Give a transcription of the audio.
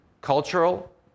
cultural